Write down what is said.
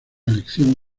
elección